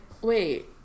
wait